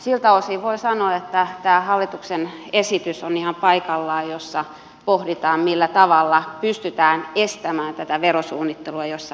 siltä osin voi sanoa että tämä hallituksen esitys jossa pohditaan millä tavalla pystytään estämään tätä verosuunnittelua jossa minimoidaan veroja on ihan paikallaan